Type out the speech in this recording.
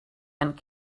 and